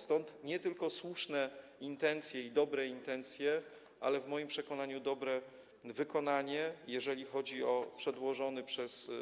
Stąd nie tylko słuszne intencje i dobre intencje, ale w moim przekonaniu dobre wykonanie, jeżeli chodzi o